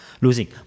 losing